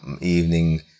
evening